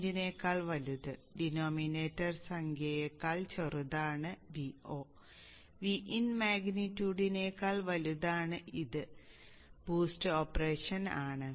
5 നേക്കാൾ വലുത് ഡിനോമിനേറ്റർ സംഖ്യയേക്കാൾ ചെറുതാണ് Vo Vin മാഗ്നിറ്റ്യൂഡിനേക്കാൾ വലുതാണ് ഇത് ബൂസ്റ്റ് ഓപ്പറേഷൻ ആണ്